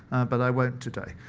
but i won't today.